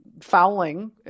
Fouling